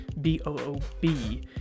B-O-O-B